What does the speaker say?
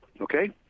okay